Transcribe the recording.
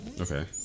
Okay